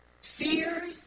Fear